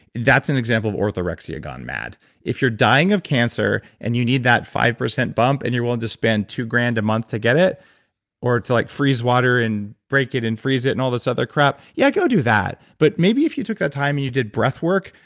that's an example of orthorexia gone mad if you're dying of cancer, and you need that five percent bump, and you're willing to spend two grand a month to get it or to like freeze water and break it and freeze it and all this other crap, yeah, go do that. but maybe if you took that time and you did breath work,